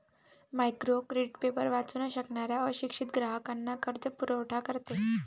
micro credit paper वाचू न शकणाऱ्या अशिक्षित ग्राहकांना कर्जपुरवठा करते